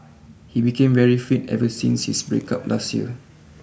he became very fit ever since his break up last year